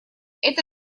это